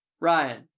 Ryan